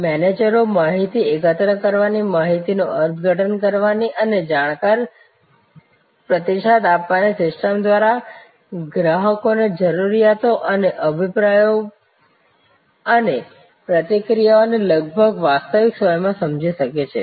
મેનેજરો માહિતી એકત્ર કરવાની માહિતીનું અર્થઘટન કરવાની અને જાણકાર પ્રતિસાદ આપવાની સિસ્ટમ દ્વારા ગ્રાહકોની જરૂરિયાતો અને અભિપ્રાયો અને પ્રતિક્રિયાઓને લગભગ વાસ્તવિક સમયમાં સમજી શકે છે